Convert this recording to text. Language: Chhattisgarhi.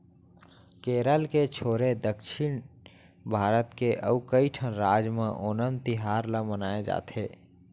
केरल के छोरे दक्छिन भारत के अउ कइठन राज म ओनम तिहार ल मनाए जाथे